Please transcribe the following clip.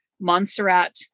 Montserrat